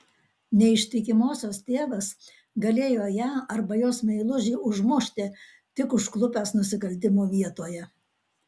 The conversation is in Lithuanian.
neištikimosios tėvas galėjo ją arba jos meilužį užmušti tik užklupęs nusikaltimo vietoje